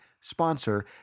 sponsor